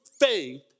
faith